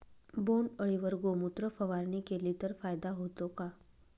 बोंडअळीवर गोमूत्र फवारणी केली तर फायदा होतो का?